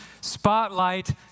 spotlight